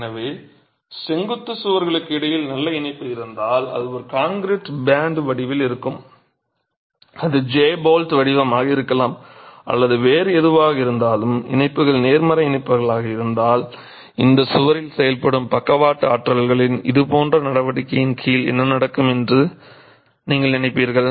எனவே செங்குத்துச் சுவர்களுக்கு இடையில் நல்ல இணைப்பு இருந்தால்அது ஒரு கான்கிரீட் பேண்ட் வடிவில் இருக்கலாம் அது j போல்ட் வடிவமாக இருக்கலாம் அல்லது வேறு எதுவாக இருந்தாலும் இணைப்புகள் நேர்மறை இணைப்புகளாக இருந்தால் இந்தச் சுவரில் செயல்படும் பக்கவாட்டு ஆற்றல்களின் இதேபோன்ற நடவடிக்கையின் கீழ் என்ன நடக்கும் என்று நீங்கள் நினைப்பீர்கள்